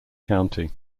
county